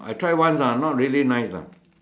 I try once lah not really nice lah